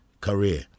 career